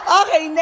okay